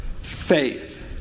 Faith